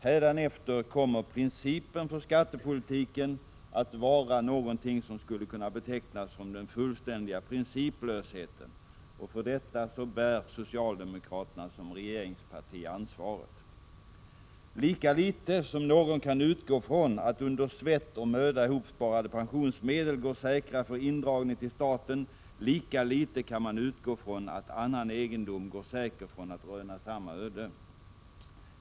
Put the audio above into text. Hädanefter kommer principen för skattepolitiken att vara vad man skulle kunna beteckna som den fullständiga principlösheten, och för detta bär främst socialdemokraterna som regeringsparti ansvaret. Lika litet som någon kan utgå från att under svett och möda hopsparade pensionsmedel går säkra för indragning till staten, lika litet kan man utgå från att annan egendom går säker från att röna samma öde.